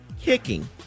kicking